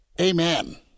Amen